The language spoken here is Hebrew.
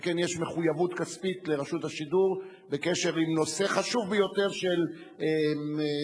שכן יש מחויבות כספית לרשות השידור בקשר לנושא חשוב ביותר של שידורי